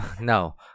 no